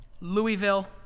Louisville